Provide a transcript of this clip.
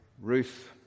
Ruth